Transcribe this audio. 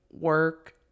work